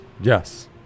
Yes